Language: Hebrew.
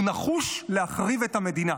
הוא נחוש להחריב את המדינה.